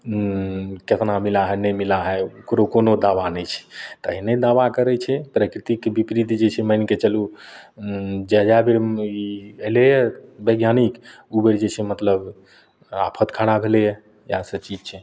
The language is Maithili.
केतना मिला है नहि मिला है ओकरो कोनो दावा नहि छै तऽ एहने दावा करय छै प्रकृतिके विपरीत जे मानिके चलू जेजा भी ई अयलइए वैज्ञानिक जे छै मतलब आफत खड़ा भेलइए इएह सब चीज छै